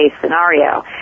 scenario